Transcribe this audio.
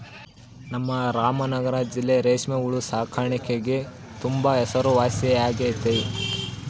ನಮ್ ರಾಮನಗರ ಜಿಲ್ಲೆ ರೇಷ್ಮೆ ಹುಳು ಸಾಕಾಣಿಕ್ಗೆ ತುಂಬಾ ಹೆಸರುವಾಸಿಯಾಗೆತೆ